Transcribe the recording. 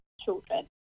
children